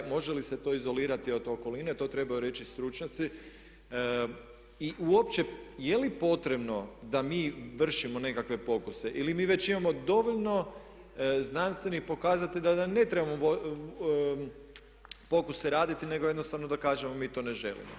Može li se to izolirati od okoline, to trebaju reći stručnjaci, i uopće je li potrebno da mi vršimo nekakve pokuse ili mi već imamo dovoljno znanstvenih pokazatelja da ne trebamo pokuse raditi nego jednostavno da kažemo mi to ne želimo.